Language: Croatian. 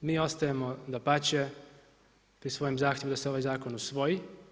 Mi ostajemo dapače pri svojem zahtjevu da se ovaj zakon usvoji.